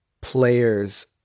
players